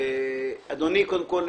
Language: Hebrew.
צהריים טובים.